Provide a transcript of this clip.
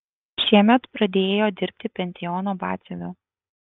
šiemet pradėjo dirbti pensiono batsiuviu